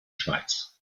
schweiz